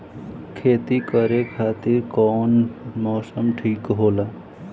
खेती करे खातिर कौन मौसम ठीक होला?